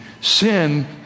Sin